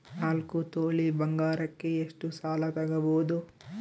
ನಾಲ್ಕು ತೊಲಿ ಬಂಗಾರಕ್ಕೆ ಎಷ್ಟು ಸಾಲ ತಗಬೋದು?